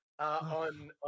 On